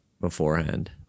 beforehand